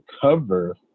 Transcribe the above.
cover